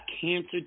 cancer